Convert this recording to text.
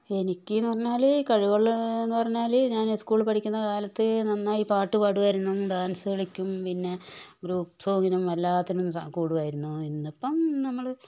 എനിക്കീന്ന് പറഞ്ഞാൽ കഴിവുള്ളതെന്ന് പറഞ്ഞാൽ ഞാൻ സ്കൂളിൽ പഠിക്കുന്നക്കാലത്ത് നന്നായി പാട്ട് പാടുമായിരുന്നു ഡാൻസ് കളിക്കും പിന്നെ ഗ്രൂപ്പ് സോങിനും എല്ലാത്തിനും സ കൂടുമായിരുന്നു ഇന്നിപ്പം നമ്മൾ